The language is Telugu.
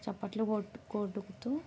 చప్పట్లు కోట్ కొడుతూ